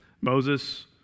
Moses